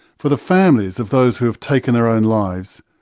for the families of those who've taken their own lives,